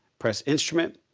press instrument,